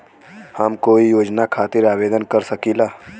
हम कोई योजना खातिर आवेदन कर सकीला?